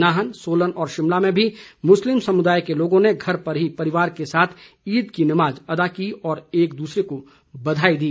नाहन सोलन व शिमला में भी मुस्लिम समुदाय के लोगों ने घर पर ही परिवार के साथ ईद की नमाज अदा की और एक दूसरे को बधाई दी